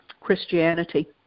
Christianity